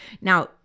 Now